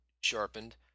sharpened